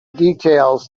details